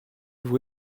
vous